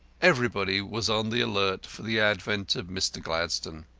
everybody was on the alert for the advent of mr. gladstone.